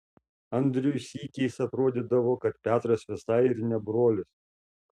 andriui sykiais atrodydavo kad petras visai ir ne brolis